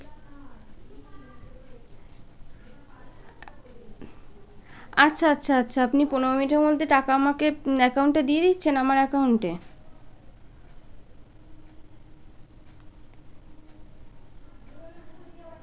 আচ্ছা আচ্ছা আচ্ছা আপনি পনেরো মিনিটের মধ্যে টাকা আমাকে অ্যাকাউন্টে দিয়ে দিচ্ছেন আমার অ্যাকাউন্টে